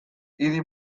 idi